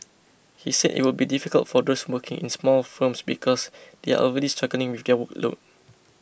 he said it would be difficult for those working in small firms because they are already struggling with their workload